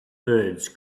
birds